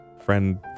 Friend